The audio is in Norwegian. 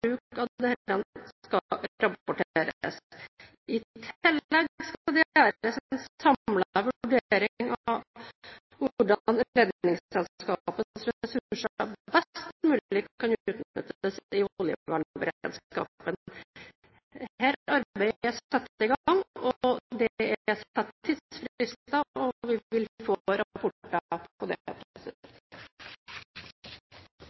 bruk av disse skal rapporteres. 4. I tillegg skal det gjøres en samlet vurdering av hvordan Redningsselskapets ressurser best mulig kan utnyttes i oljevernberedskapen» Dette arbeidet er satt i gang, det er satt tidsfrister, og vi vil få rapporter om det.